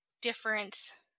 different